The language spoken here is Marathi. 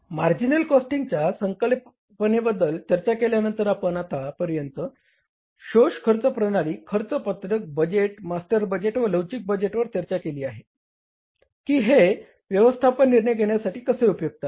मार्जिनल कॉस्टिंगच्या संकल्पनेबद्दल चर्चा केल्यानंतर आपण आता पर्यंत आपण शोष खर्च प्रणाली खर्च पत्रक बजेट मास्टर बजेट व लवचिक बजेटवर चर्चा केली आहे की हे व्यवस्थापन निर्णय घेण्यासाठी कसे उपयुक्त आहे